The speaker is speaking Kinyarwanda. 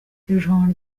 irushanwa